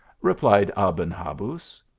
replied aben habuz.